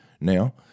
now